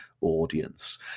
audience